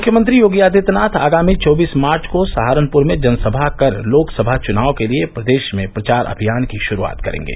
मुख्यमंत्री योगी आदित्यनाथ आगामी चौबीस मार्च को सहारनुपर में जनसभा कर लोकसभा चुनाव के लिए प्रदेश में प्रचार अभियान की शुरूआत करेंगे